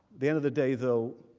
the end of the day though,